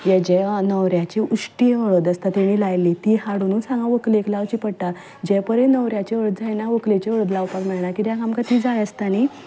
हें जें न्हवऱ्याची उश्टी हळद आसा ती हाडुनूच हांगा व्हंकलेक लावची पडटा जेपरेन न्हवऱ्याची हळद जायना व्हंकलेची हळद लावपाक मेळना किद्या आमकां ती जाय आसता न्ही